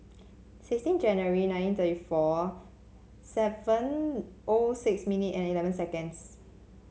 sixteen January nineteen thirty four seven O six minute and eleven seconds